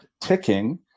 ticking